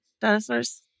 dinosaurs